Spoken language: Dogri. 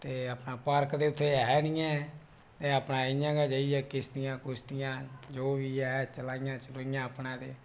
ते अपना पार्क ते उत्थै एह नेईं ऐ ते अपना इयां गै जाइयै कश्ती कुश्तियें जो बी ऐ चलाइयां चलूइयां अपने ते